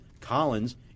Collins